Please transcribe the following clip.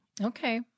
Okay